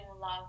love